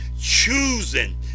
choosing